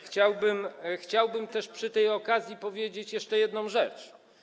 Chciałbym też przy tej okazji powiedzieć jeszcze jedną rzecz.